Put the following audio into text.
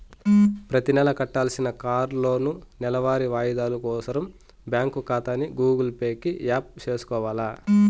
ప్రతినెలా కట్టాల్సిన కార్లోనూ, నెలవారీ వాయిదాలు కోసరం బ్యాంకు కాతాని గూగుల్ పే కి యాప్ సేసుకొవాల